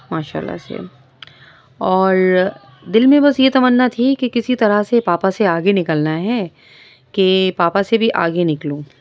ماشاء اللہ سے اور دل میں بس یہ تمنا تھی کہ کسی طرح سے پاپا سے آگے نکلنا ہے کہ پاپا سے بھی آگے نکلوں